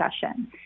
discussion